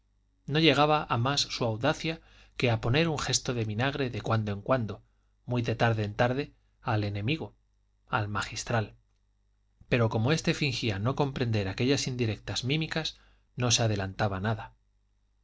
no llegaba a más su audacia que a poner un gesto de vinagre de cuando en cuando muy de tarde en tarde al enemigo al magistral pero como este fingía no comprender aquellas indirectas mímicas no se adelantaba nada